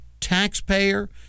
taxpayer